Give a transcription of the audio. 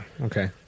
Okay